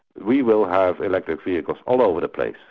we will have electric vehicles all over the place.